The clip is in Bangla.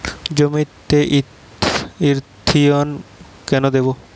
জমিতে ইরথিয়ন কেন দেবো?